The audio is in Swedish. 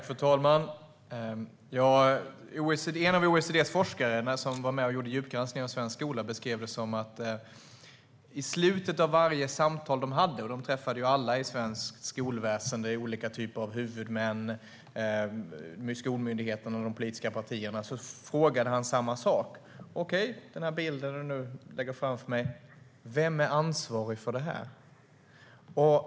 Fru talman! En av OECD:s forskare som var med och gjorde djupgranskningen av svensk skola beskrev att i slutet av varje samtal de hade - de träffade alla i svenskt skolväsen, olika typer av huvudmän, skolmyndigheter och de politiska partierna - frågade han samma sak: Okej, den här bilden ni nu lägger fram för mig, vem är ansvarig för den?